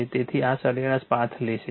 તેથી આ સરેરાશ પાથ લેશે